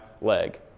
leg